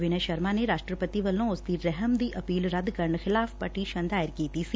ਵਿਨੈ ਸ਼ਰਮਾ ਨੇ ਰਾਸ਼ਟਰਪਤੀ ਵੱਲੋਂ ਉਸਦੀ ਰਹਿਮ ਦੀ ਅਪੀਲ ਰੱਦ ਕਰਨ ਖਿਲਾਫ਼ ਪਟੀਸ਼ਨ ਦਾਇਰ ਕੀਤੀ ਸੀ